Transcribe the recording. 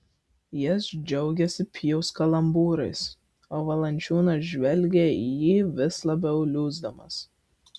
jis džiaugėsi pijaus kalambūrais o valančiūnas žvelgė į jį vis labiau liūsdamas